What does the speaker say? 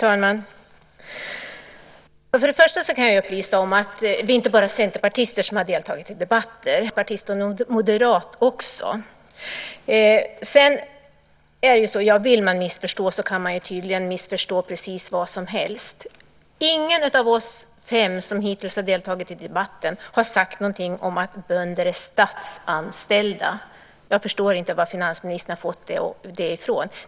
Fru talman! Först vill jag upplysa om att det inte bara är centerpartister som har deltagit i debatten. Det är en folkpartist och en moderat också. Vill finansministern så kan han tydligen missförstå precis vad som helst. Ingen av oss som hittills har deltagit i debatten har sagt någonting om att bönder är statsanställda. Jag förstår inte varifrån finansministern fått det.